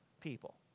people